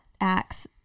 acts